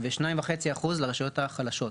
ו-2.5% לרשויות החלשות.